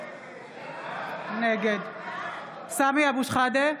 בעד סמי אבו שחאדה,